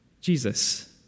Jesus